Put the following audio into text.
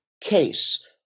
case